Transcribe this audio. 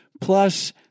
plus